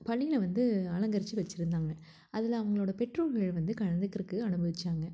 பள்ளியில் வந்து அலங்கரித்து வச்சுருந்தாங்க அதில் அவங்களோடய பெற்றோர்களும் வந்து கலந்துக்கிறதுக்கு அனுமதித்தாங்க